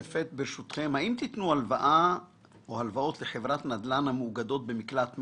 האם תתנו הלוואה או הלוואות לחברת נדל"ן המאוגדת במקלט מס?